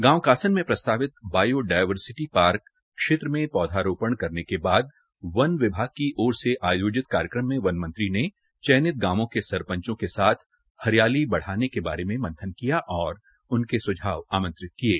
गांव कासन में प्रस्तावित बायोडायवर्सिटी पार्क क्षेत्र में पौधारोपण करने के बाद वन विभाग की ओर से आयोजित कार्यक्रम में वन मंत्री ने चयनित गांवों के सरपंचों के साथ हरियाली बढ़ाने के बारे में मंथन किया और सरपंचों के सुझाव आमंत्रित किये